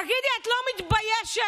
תגידי, את לא מתביישת?